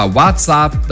WhatsApp